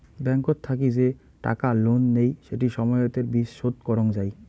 ব্যাংকত থাকি যে টাকা লোন নেই সেটি সময়তের বিচ শোধ করং যাই